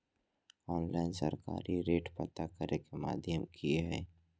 Online सरकारी rate पता करे के माध्यम की हय?